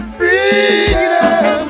freedom